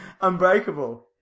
Unbreakable